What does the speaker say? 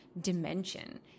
dimension